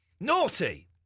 naughty